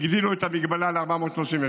הגדילו את המגבלה ל-432.